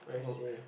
I see